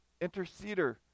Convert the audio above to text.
interceder